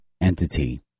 entity